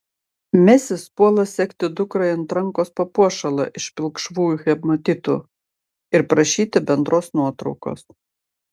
mesis puola segti dukrai ant rankos papuošalą iš pilkšvų hematitų ir prašyti bendros nuotraukos